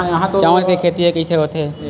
चांउर के खेती ह कइसे होथे?